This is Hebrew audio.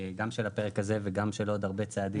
גם של הפרק הזה וגם של עוד צעדים,